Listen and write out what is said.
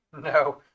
No